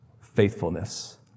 faithfulness